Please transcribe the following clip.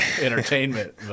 entertainment